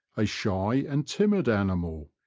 a shy and timid animal,